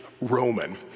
Roman